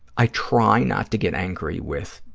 i try not to get angry with,